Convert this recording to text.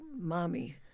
mommy